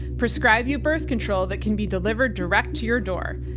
prescribe you birth control that can be delivered direct to your door.